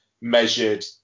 measured